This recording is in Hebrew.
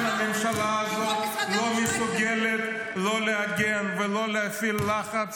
הממשלה הזאת לא מסוגלת לא להגן ולא להפעיל לחץ.